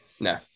no